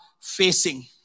facing